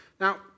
Now